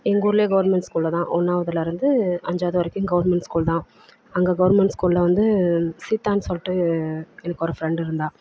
எங்கள் ஊர்லேயே கவர்மெண்ட் ஸ்கூலில் தான் ஒன்னாவதுலேருந்து அஞ்சாவது வரைக்கும் கவர்மெண்ட் ஸ்கூல் தான் அங்கே கவர்மெண்ட் ஸ்கூலில் வந்து சீதான்னு சொல்லிட்டு எனக்கு ஒரு ஃப்ரெண்டு இருந்தாள்